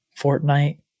Fortnite